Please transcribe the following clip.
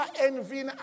envy